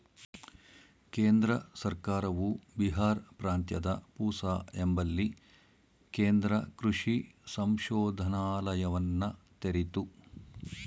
ಕೇಂದ್ರ ಸರ್ಕಾರವು ಬಿಹಾರ್ ಪ್ರಾಂತ್ಯದ ಪೂಸಾ ಎಂಬಲ್ಲಿ ಕೇಂದ್ರ ಕೃಷಿ ಸಂಶೋಧನಾಲಯವನ್ನ ತೆರಿತು